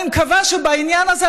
אני מקווה שבעניין הזה,